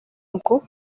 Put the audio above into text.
ngo